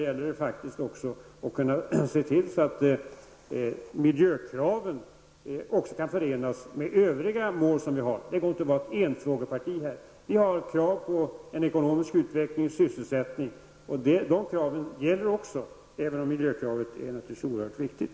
Man måste också kunna se till att miljökraven kan förenas med övriga mål. Man kan inte bara driva en enda fråga. Det ställs krav på en ekonomisk utveckling och full sysselsättning. Dessa krav måste man också ta hänsyn till, även om miljökravet naturligtvis är oerhört viktigt.